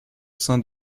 sein